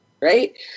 Right